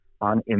on